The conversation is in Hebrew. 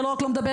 ולא רק לא מדבר,